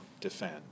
defend